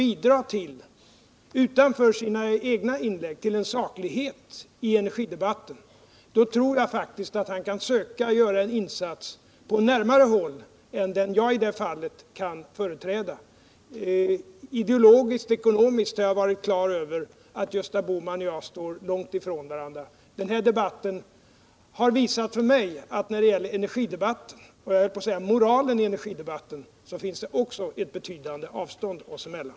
Vill herr Bohman, utanför sina egna inlägg, bidra till en saklighet i energidebatten, tror jag faktiskt att han kan söka göra en insats på närmare håll än vad jag i det fallet kan företräda. Ideologiskt-ekonomiskt har jag varit klar över att Gösta Bohman och jag står långt ifrån varandra. Denna debatt har för mig visat att det också när det gäller energidebatten — och jag höll på att säga moralen i energidebatten — finns ett betydande avstånd oss emellan.